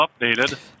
updated